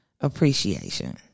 appreciation